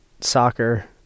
soccer